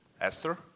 Esther